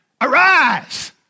arise